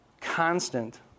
constant